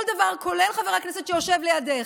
לא כל האמת נמצאת אצלך.